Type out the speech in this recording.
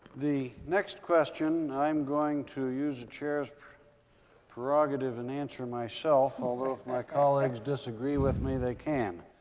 the next question, i'm going to use the chair's prerogative and answer myself. although if my colleagues disagree with me, they can.